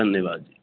धन्यवाद